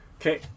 Okay